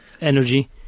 energy